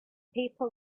people